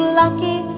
lucky